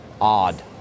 odd